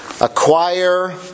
acquire